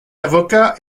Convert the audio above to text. avocat